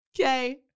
okay